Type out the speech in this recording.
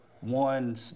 one